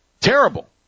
terrible